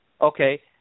okay